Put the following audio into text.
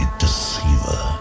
deceiver